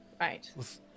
Right